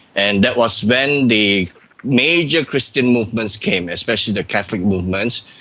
and that was when the major christian movements came, especially the catholic movements,